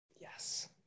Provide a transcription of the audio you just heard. Yes